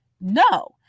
no